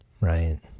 Right